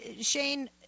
Shane